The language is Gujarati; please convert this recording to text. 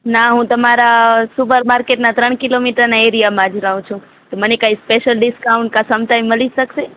ના હું તમારા સુપરમાર્કેટના ત્રણ કિલોમીટરના એરિયામાં જ રહું છું તો મને કાંઈ સ્પેશ્યલ ડિસ્કાઉન્ટ મળી શકશે